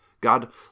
God